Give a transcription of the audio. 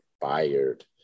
fired